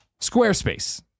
Squarespace